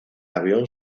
avión